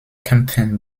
kämpfen